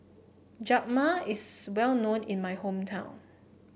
rajma is well known in my hometown